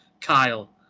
Kyle